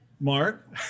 Mark